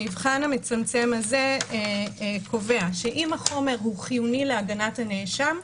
המבחן המצמצם הזה קובע שאם החומר הוא חיוני להגנת הנאשם,